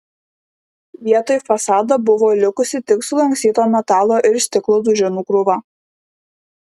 vietoj fasado buvo likusi tik sulankstyto metalo ir stiklo duženų krūva